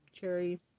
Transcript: cherry